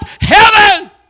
heaven